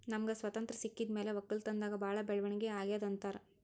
ನಮ್ಗ್ ಸ್ವತಂತ್ರ್ ಸಿಕ್ಕಿದ್ ಮ್ಯಾಲ್ ವಕ್ಕಲತನ್ದಾಗ್ ಭಾಳ್ ಬೆಳವಣಿಗ್ ಅಗ್ಯಾದ್ ಅಂತಾರ್